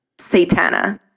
satana